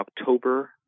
October